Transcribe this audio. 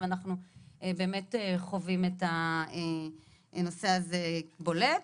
אנחנו חווים את הנושא הזה בצורה בולטת.